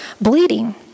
bleeding